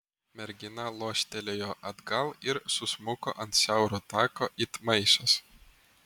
mergina loštelėjo atgal ir susmuko ant siauro tako it maišas